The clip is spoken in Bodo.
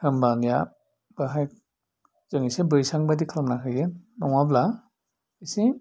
होनबानिया बाहाय जों एसे बैसां बायदि खालामना होयो नङाब्ला एसे